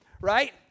right